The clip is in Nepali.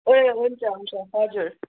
ए हुन्छ हुन्छ हजुर